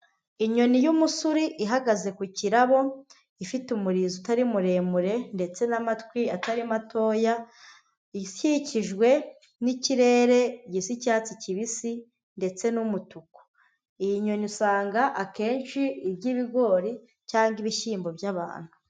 Inyoni y'umusuri ihagaze ku kirabo ifite umurizo utari muremure ndetse n'amatwi atari matoya, ikikijwe n'ikirere gisa icyatsi kibisi ndetse n'umutuku, iyi nyoni usanga akenshi irya ibigori cyangwa ibishyimbo by'abantu.